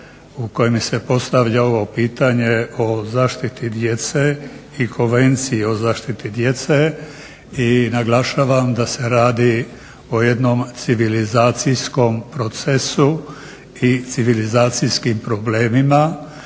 u kojem se postavlja ovo pitanje o zaštiti djece i Konvenciji o zaštiti djece. I naglašavam da se radi o jednom civilizacijskom procesu i civilizacijskim problemima.